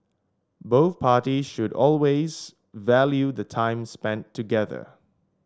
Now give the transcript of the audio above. both parties should always value the time spent together